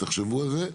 תחשבו על זה.